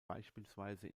beispielsweise